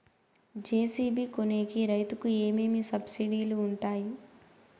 JCB కొనేకి రైతుకు ఏమేమి సబ్సిడి లు వుంటాయి?